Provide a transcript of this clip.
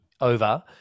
over